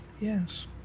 Yes